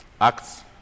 Acts